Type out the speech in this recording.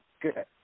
Good